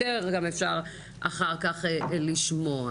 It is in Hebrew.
גם אפשר אחר כך לשמוע.